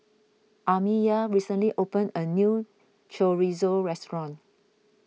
Amiya recently opened a new Chorizo restaurant